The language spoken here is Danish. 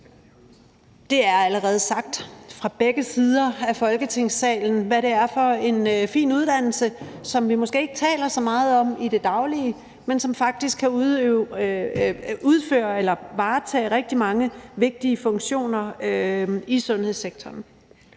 Det er allerede sagt fra begge sider af Folketingssalen, hvad det er for en fin uddannelse, som vi måske ikke taler så meget om i det daglige, men som faktisk kan anvendes i forbindelse med rigtig mange vigtige funktioner i sundhedssektoren.